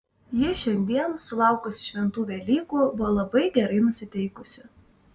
ji šiandien sulaukusi šventų velykų buvo labai gerai nusiteikusi